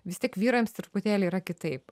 vis tiek vyrams truputėlį yra kitaip